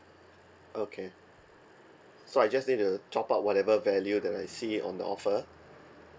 okay so I just say to top up whatever value that I see it on the offer